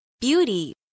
beauty